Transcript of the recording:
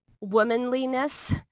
womanliness